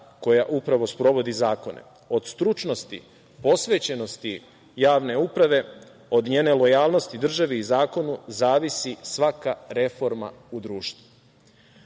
koja upravo sprovodi zakone. Od stručnosti, posvećenosti javne uprave, od njene lojalnosti državi i zakonu zavisi svaka reforma u društvu. Naša